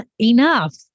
enough